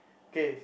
ok